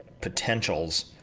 potentials